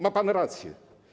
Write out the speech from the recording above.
Ma pan rację.